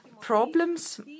problems